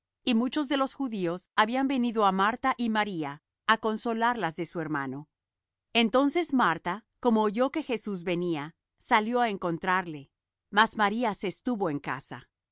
y muchos de los judíos habían venido á marta y á maría á consolarlas de su hermano entonces marta como oyó que jesús venía salió á encontrarle mas maría se estuvo en casa